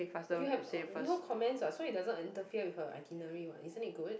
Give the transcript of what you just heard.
you have no comments what so it doesn't interfere with her itinerary what isn't it good